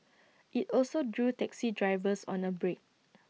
IT also drew taxi drivers on A break